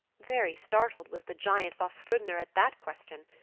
very startled was the giant vafthrudner at that question.